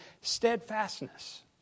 steadfastness